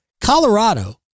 Colorado